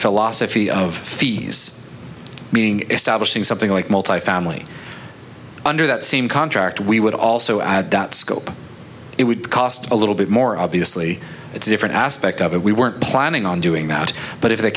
philosophy of fees meaning establishing something like multi family under that same contract we would also add that scope it would cost a little bit more obviously it's a different aspect of it we weren't planning on doing that but if the